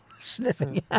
sniffing